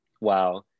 wow